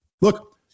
Look